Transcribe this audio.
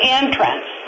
entrance